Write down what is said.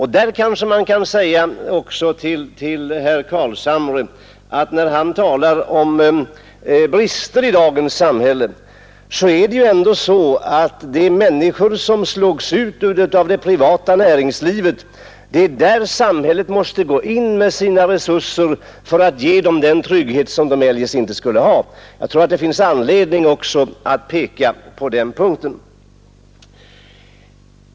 Herr Carlshamre talade om brister i dagens samhälle. När det gäller de människor som slås ut av det privata näringslivet vill jag säga till honom att det är där samhället måste gå in med sina resurser för att ge dem den trygghet som de eljest inte skulle ha. — Jag tror att det finns anledning att peka också på detta.